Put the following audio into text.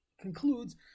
concludes